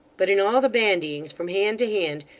but in all the bandyings from hand to hand,